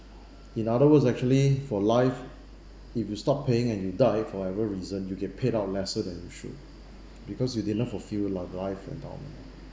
in other words actually for life if you stopped paying and you died for whatever reason you get paid out lesser than you should because you didn't fulfil your life endowment